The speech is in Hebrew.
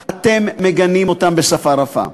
אתם מגנים אותם בשפה רפה.